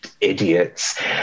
Idiots